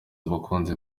abakunzi